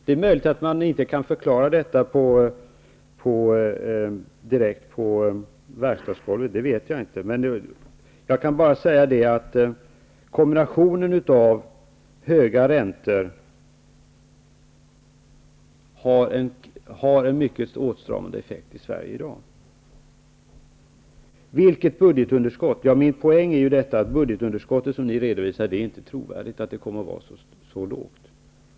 Det är möjligt att detta inte går att förklara direkt för dem på verkstadsgolvet. Det känner jag inte till. Vad man enkelt kan säga är emellertid att kombinationen med höga räntor ger i dag i Sverige en mycket åtstramande effekt. Så till budgetunderskottet. Min poäng är att det låga budgetunderskott som ni redovisar inte är trovärdigt.